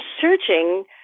searching